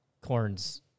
corn's